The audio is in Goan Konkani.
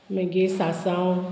मागीर सासाव